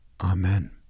Amen